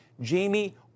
Jamie